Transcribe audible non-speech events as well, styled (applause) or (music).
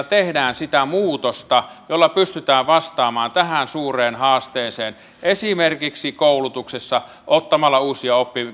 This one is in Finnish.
(unintelligible) tehdään sitä muutosta jolla pystytään vastaamaan tähän suureen haasteeseen esimerkiksi koulutuksessa ottamalla uusia